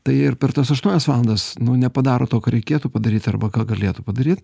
tai ir per tas aštuonias valandas nu nepadaro to ką reikėtų padaryt arba ką galėtų padaryt